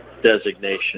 Designation